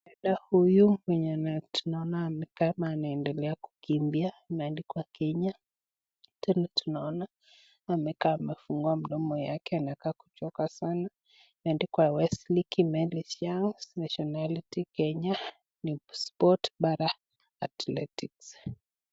Dada huyu mwenye tunaona amekaa ama anaendelea kukimbia imeandikwa Kenya. Tena tunaona amekaa amefungua mdomo yake anakaa kuchoka sana. Imeandikwa Wesley Kimeli House Nationality Kenya, New Sport Bara Athletics.